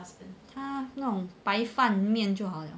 他弄白饭面就好 liao